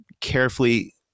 carefully